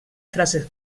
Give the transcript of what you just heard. frases